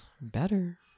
better